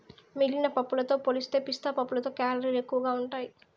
మిగిలిన పప్పులతో పోలిస్తే పిస్తా పప్పులో కేలరీలు ఎక్కువగా ఉంటాయి